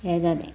हें जालें